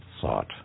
thought